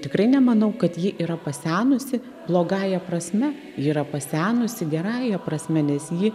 tikrai nemanau kad ji yra pasenusi blogąja prasme yra pasenusi gerąja prasme nes ji